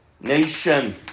nation